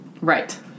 Right